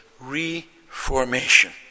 reformation